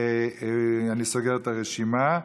אני סוגר את הרשימה.